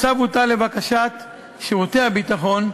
הצו הוטל לבקשת שירותי הביטחון,